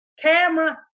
camera